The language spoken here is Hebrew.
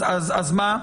אז מה?